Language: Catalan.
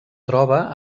troba